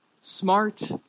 smart